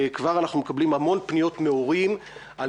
כבר אנחנו מקבלים המון פניות מהורים על